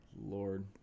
Lord